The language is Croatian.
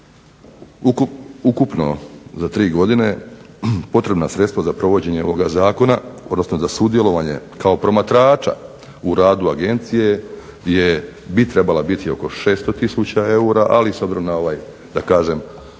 Ukupno za tri godine potrebna sredstva za provođenje ovoga zakona odnosno za sudjelovanje kao promatrača u radu Agencije bi trebala biti oko 600 tisuća eura, ali s obzirom na ovaj dogovor